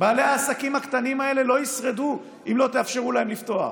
בעלי העסקים הקטנים האלה לא ישרדו אם לא תאפשרו להם לפתוח.